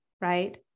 right